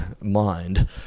mind